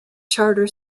charter